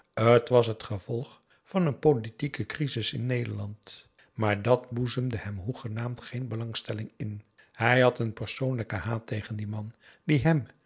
t was het gevolg van een politieke crisis in nederland maar dàt boezemde hem hoegenaamd geen belangstelling in hij had een persoonlijken haat tegen dien man die hem